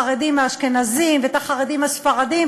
החרדים האשכנזים ואת החרדים הספרדים,